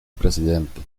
presidente